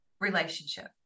relationship